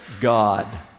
God